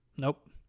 Nope